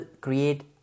create